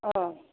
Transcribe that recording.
औ